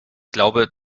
glaube